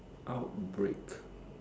outbreak